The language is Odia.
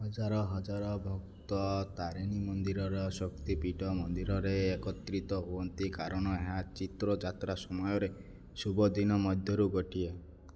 ହଜାର ହଜାର ଭକ୍ତ ତାରିଣୀ ମନ୍ଦିରର ଶକ୍ତି ପୀଠ ମନ୍ଦିରରେ ଏକତ୍ରିତ ହୁଅନ୍ତି କାରଣ ଏହା ଚୈତ୍ର ଯାତ୍ରା ସମୟରେ ଶୁଭ ଦିନ ମଧ୍ୟରୁ ଗୋଟିଏ